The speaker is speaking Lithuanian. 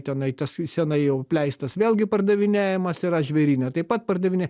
tenai tas senai jau apleistas vėlgi pardavinėjamas yra žvėryne taip pat pardavinėja